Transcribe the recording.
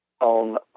on